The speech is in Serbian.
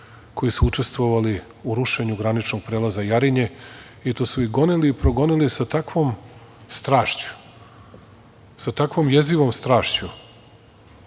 koji su učestvovali u rušenju graničnog prelaza Jarinje i to su ih gonili i progonili sa takvom strašću, sa takvom jezivom strašću,